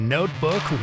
Notebook